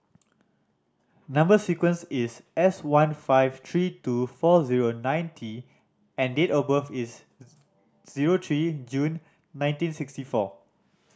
number sequence is S one five three two four zero nine T and date of birth is zero three June nineteen sixty four